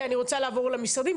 כי אני רוצה לעבור למשרדים.